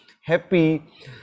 happy